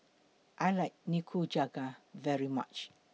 I like Nikujaga very much